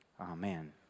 Amen